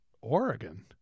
oregon